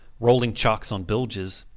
rolling chocks on bilges,